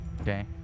Okay